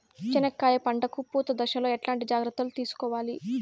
చెనక్కాయలు పంట కు పూత దశలో ఎట్లాంటి జాగ్రత్తలు తీసుకోవాలి?